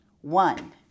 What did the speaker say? one